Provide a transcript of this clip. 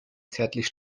zärtlich